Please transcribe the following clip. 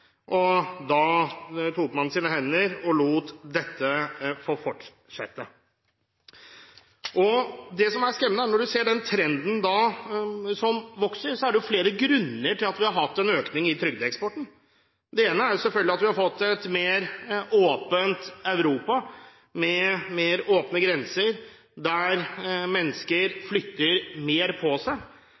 Man toet sine hender og lot dette få fortsette. Det er skremmende å se den økende trenden, og det er flere grunner til at man har hatt en økning i trygdeeksporten. Den ene grunnen er at vi har fått et mer åpent Europa, med åpnere grenser, der mennesker flytter mer på seg.